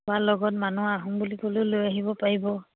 হোৱাৰ লগত মানুহ আহো বুলি ক'লেও লৈ আহিব পাৰিব